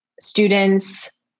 students